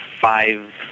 five